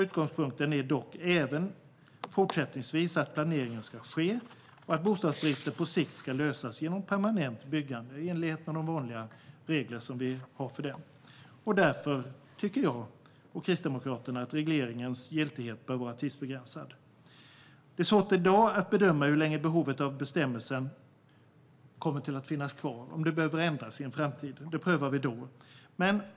Utgångspunkten är dock även fortsättningsvis att planering ska ske och att bostadsbristen på sikt ska lösas genom permanent byggande i enlighet med de vanliga regler som finns. Därför tycker jag och Kristdemokraterna att regleringens giltighet bör vara tidsbegränsad. Det är i dag svårt att bedöma hur länge behovet av bestämmelsen kommer att finnas kvar. Om behovet ändras i framtiden får vi pröva det då.